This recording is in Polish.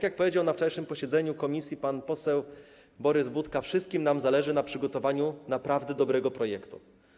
Jak powiedział na wczorajszym posiedzeniu komisji pan poseł Borys Budka, wszystkim nam zależy na przygotowaniu naprawdę dobrego projektu.